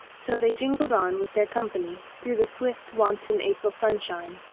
so they jingled on with their company through the swift wanton april sunshine,